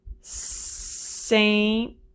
Saint